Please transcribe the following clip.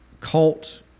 cult